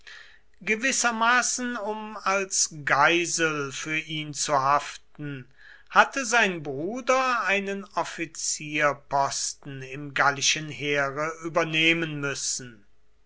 gewissermaßen um als geisel für ihn zu haften hatte sein bruder einen offizierposten im gallischen heere übernehmen müssen